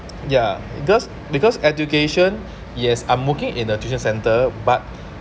ya because because education yes I'm working in a tuition centre but